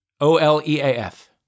O-L-E-A-F